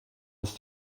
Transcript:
ist